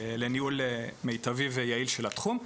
לניהול מיטבי ויעיל של התחום.